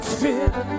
fear